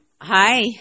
Hi